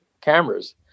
cameras